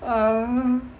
um